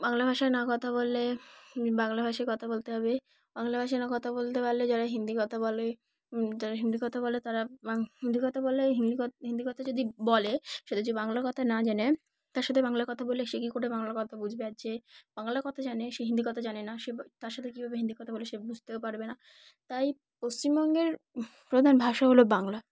বাংলা ভাষায় না কথা বললে বাংলা ভাষায় কথা বলতে হবে বাংলা ভাষায় না কথা বলতে পারলে যারা হিন্দি কথা বলে যারা হিন্দি কথা বলে তারা হিন্দি কথা বলে হিন্দি হিন্দি কথা যদি বলে সে যদি বাংলার কথা না জানে তার সাথে বাংলা কথা বলে সে কী করে বাংলার কথা বুঝবে আছে বাংলা কথা জানে সে হিন্দি কথা জানে না সে তার সাথে কীভাবে হিন্দি কথা বলে সে বুঝতেও পারবে না তাই পশ্চিমবঙ্গের প্রধান ভাষা হলো বাংলা